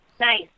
Nice